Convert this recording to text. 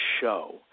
show